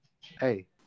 Hey